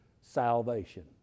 salvation